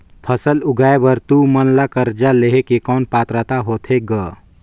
फसल उगाय बर तू मन ला कर्जा लेहे कौन पात्रता होथे ग?